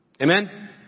Amen